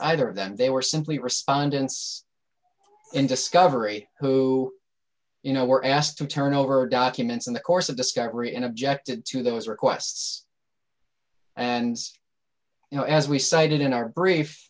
either of them they were simply respondents in discovery who you know were asked to turn over documents in the course of discovery and objected to those requests and you know as we cited in our brief